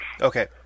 Okay